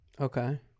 Okay